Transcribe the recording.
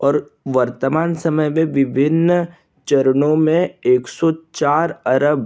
और वर्तमान समय में विभिन्न चरणों में एक सौ चार अरब